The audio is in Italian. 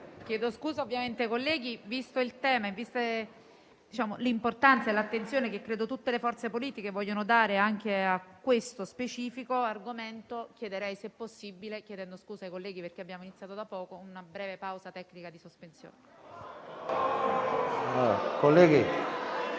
Signor Presidente, visti il tema e l'importante attenzione che credo tutte le forze politiche vogliono dare a questo specifico argomento, proporrei, se possibile, chiedendo scusa ai colleghi perché abbiamo iniziato da poco, una breve pausa tecnica. *(Brusio)*.